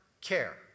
care